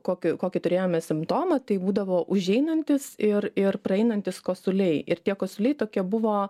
kokį kokį turėjome simptomą tai būdavo užeinantys ir ir praeinantys kosuliai ir tie kosuliai tokie buvo